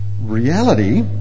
reality